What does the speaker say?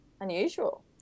Unusual